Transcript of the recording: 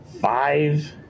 five